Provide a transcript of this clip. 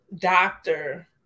doctor